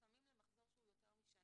לפעמים למחזור שהוא יותר משנה.